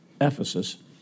Ephesus